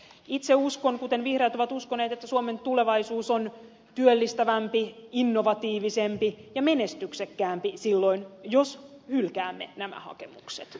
itse uskon kuten vihreät ovat uskoneet että suomen tulevaisuus on työllistävämpi innovatiivisempi ja menestyksekkäämpi silloin jos hylkäämme nämä hakemukset